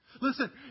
Listen